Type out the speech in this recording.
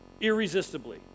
Irresistibly